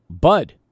Bud